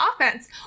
offense